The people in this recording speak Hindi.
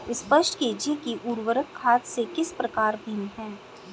स्पष्ट कीजिए कि उर्वरक खाद से किस प्रकार भिन्न है?